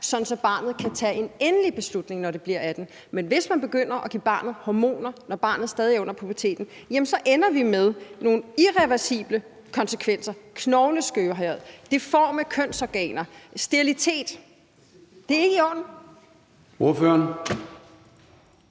at barnet kan tage en endelig beslutning, når det bliver 18 år. Men hvis man begynder at give barnet hormoner, når barnet stadig er i puberteten, så ender vi med, at det får nogle irreversible konsekvenser: Knogleskørhed, deforme kønsorganer og sterilitet. Det er ikke i orden.